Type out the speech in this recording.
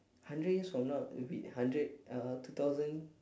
hundred years from now will be hundred uh two thousand